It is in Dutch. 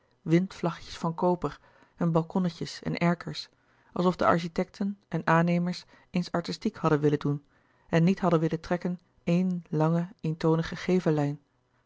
windvlaggetjes van koper en balkonnetjes en erkers alsof de architecten en aannemers eens artistiek hadden willen doen en niet hadden willen trekken éen lange